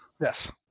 Yes